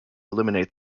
eliminate